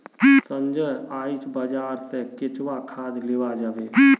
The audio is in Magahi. संजय आइज बाजार स केंचुआ खाद लीबा जाबे